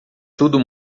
tudo